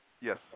Yes